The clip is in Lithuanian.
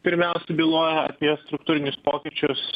pirmiausiai byloja apie struktūrinius pokyčius